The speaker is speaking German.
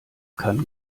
kann